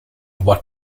what